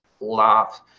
love